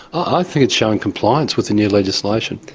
i think it's showing compliance with the new legislation.